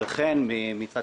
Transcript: עמותה